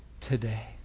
today